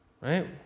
Right